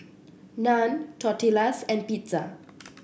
Naan Tortillas and Pizza